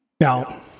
Now